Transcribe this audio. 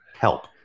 Help